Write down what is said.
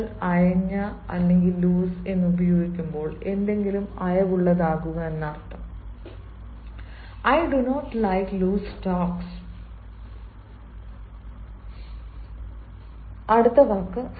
എന്നാൽ നിങ്ങൾ അയഞ്ഞ ഉപയോഗിക്കുമ്പോൾ എന്തെങ്കിലും അയവുള്ളതാക്കുക I do not like loose talks I do not like loose talks